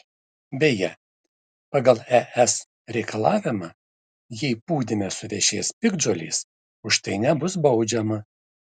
beje pagal es reikalavimą jei pūdyme suvešės piktžolės už tai nebus baudžiama